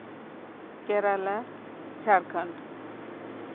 Kerala Jharkhand